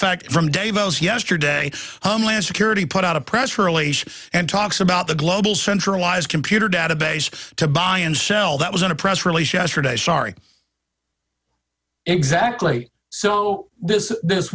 fact from davis yesterday homeland security put out a press release and talks about the global centralized computer database to buy and sell that was in a press release yesterday sorry exactly so this is this